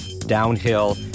Downhill